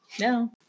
No